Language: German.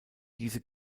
diese